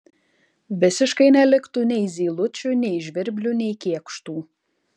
visiškai neliktų nei zylučių nei žvirblių nei kėkštų